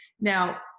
now